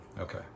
okay